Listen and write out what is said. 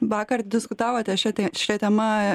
vakar diskutavote šiat šia tema